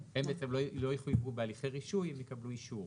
הם בעצם לא יחויבו בהליכי רישוי אם יקבלו אישור